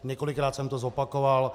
Několikrát jsem to zopakoval.